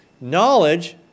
knowledge